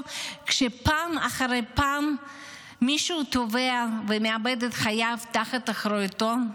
כשפעם אחרי פעם מישהו טובע ומאבד את חייו תחת אחריותו?